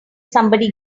somebody